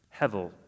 hevel